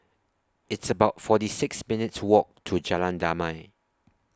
It's about forty six minutes' Walk to Jalan Damai